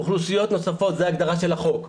אוכלוסיות נוספות, זאת ההגדרה של החוק.